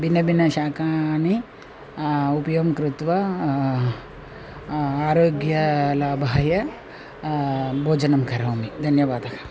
भिन्न भिन्न शाकाः उपयोगं कृत्वा आरोग्यलाभाय भोजनं करोमि धन्यवादः